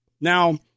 Now